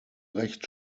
recht